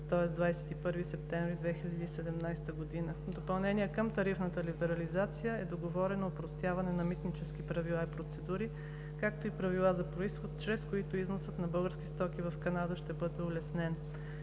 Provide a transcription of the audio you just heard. тоест 21 септември 2017 г. В допълнение към тарифната либерализация е договорено опростяването на митнически правила и процедури, както и правила за произход, чрез които износът на български стоки в Канада ще бъде улеснен.